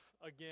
again